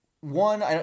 one